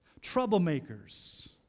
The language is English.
troublemakers